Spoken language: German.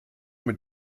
mit